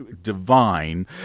Divine